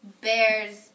Bears